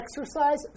exercise